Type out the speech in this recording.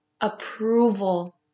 approval